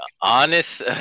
honest